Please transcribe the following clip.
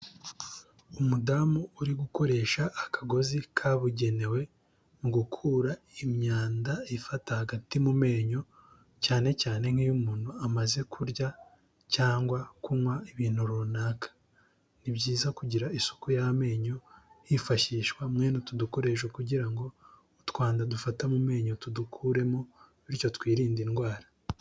Umudamu uri gukoresha akagozi kabugenewe, mu gukura imyanda ifata hagati mu menyo, cyane cyane nk'iyo umuntu amaze kurya cyangwa kunywa ibintu runaka, ni byiza kugira isuku y'amenyo, hifashishwa mbene utu dukoresho kugira ngo utwanda dufata mu menyo tudukuremo, bityo twirinde indwara.